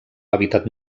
hàbitat